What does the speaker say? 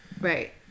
right